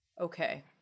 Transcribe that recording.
Okay